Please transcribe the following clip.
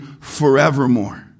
forevermore